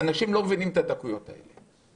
אנשים לא מבינים את הדקויות האלה.